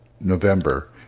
November